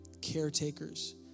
caretakers